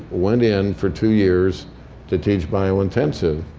went in for two years to teach biointensive.